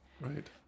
Right